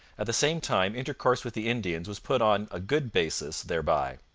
at the same time, intercourse with the indians was put on a good basis thereby.